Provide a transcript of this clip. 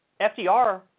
FDR